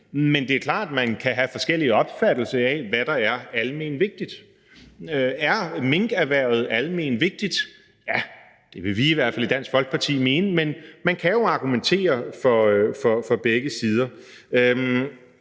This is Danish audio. Men det er klart, at man have forskellige opfattelser af, hvad der er almenvigtigt. Er minkerhvervet almenvigtigt? Ja, det vil vi i hvert fald i Dansk Folkeparti mene. Men man kan jo argumentere for begge sider.